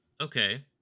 Okay